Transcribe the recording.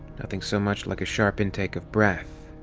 nothing so much like a sharp intake of breath.